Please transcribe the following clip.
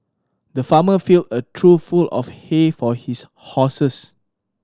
the farmer filled a trough full of hay for his horses